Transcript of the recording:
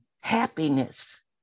happiness